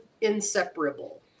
inseparable